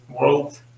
world